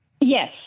Yes